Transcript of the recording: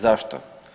Zašto?